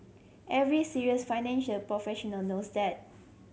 every serious financial professional knows that